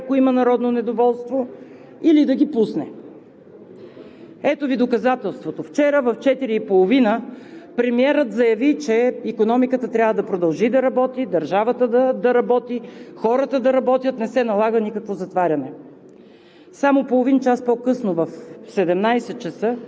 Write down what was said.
дали да бъде добрият и да отхвърли някоя от тези мерки, ако има народно недоволство, или да ги пусне. Ето Ви доказателството: вчера в 16,30 ч. премиерът заяви, че икономиката трябва да продължи да работи, държавата да работи, хората да работят – не се налага никакво затваряне.